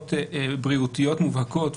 בשאלות בריאותיות מובהקות,